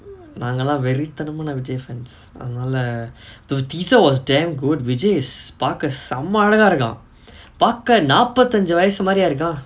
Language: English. நாங்களா வெறித்தனமான:naangalaa verithanamaana vijay fans அதனால:athanaala the teaser was damn good vijay is பாக்க செம்ம அழகா இருக்கா பாக்க நாப்பத்தஞ்சு வயசு மாரியா இருக்கா:paakka semma alagaa irukkaa paakka naappathanju vayasu maariyaa irukkaa